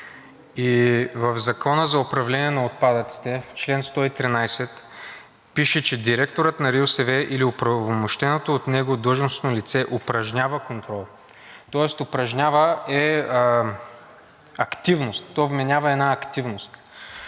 В Закона за управление на отпадъците, чл. 113 пише, че директорът на РИОСВ или оправомощеното от него длъжностно лице упражнява контрол. Тоест упражнява е активност, то вменява една активност